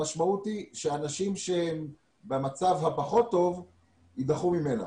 המשמעות היא שאנשים שהם במצב הפחות טוב יידחו ממנה.